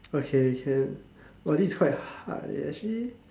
okay can !wah! this is quite hard leh actually